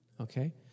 okay